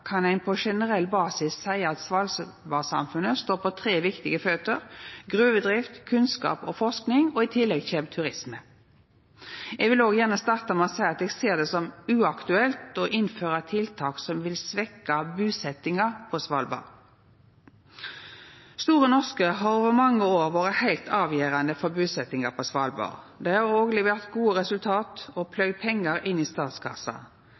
kan ein på generell basis seia at svalbardsamfunnet står på tre viktige føter: gruvedrift, kunnskap og forsking – og i tillegg kjem turisme. Eg vil òg gjerne starta med å seia at eg ser det som uaktuelt å innføra tiltak som vil svekkja busetnaden på Svalbard. Store Norske har over mange år vore heilt avgjerande for busetnaden på Svalbard. Dei har òg levert gode resultat og pløgd pengar inn i statskassa.